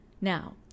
Now